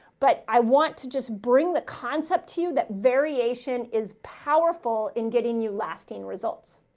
but i want to just bring the concept to you. that variation is powerful in getting you lasting results.